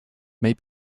may